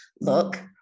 look